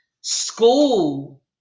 school